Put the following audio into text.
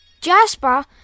Jasper